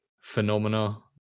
phenomena